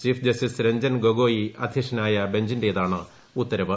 chief justice Ranjan Gogoi അധ്യക്ഷനായ ബഞ്ചിന്റേതാണ് ഉത്തരവ്